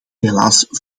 helaas